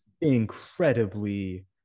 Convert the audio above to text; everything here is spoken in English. incredibly